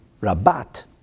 Rabat